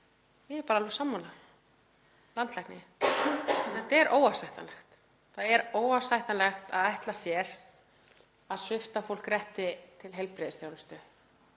Ég er alveg sammála landlækni, þetta er óásættanlegt. Það er óásættanlegt að ætla sér að svipta fólk rétti til heilbrigðisþjónustu.